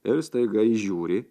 ir staiga ji žiūri